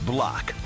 Block